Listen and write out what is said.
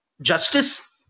justice